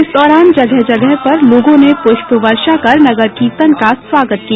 इस दौरान जगह जगह पर लोगों ने प्रष्प वर्षा कर नगर कीर्तन का स्वागत किया